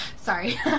Sorry